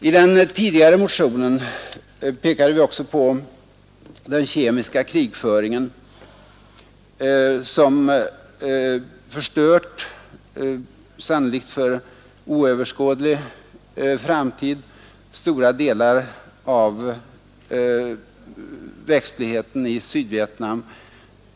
I den tidigare motionen redogjorde vi också för den kemiska krigföringen som förstört — sannolikt för oöverskådlig framtid — stora delar av växtligheten i Sydvietnam.